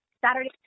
Saturday